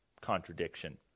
contradiction